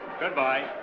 Goodbye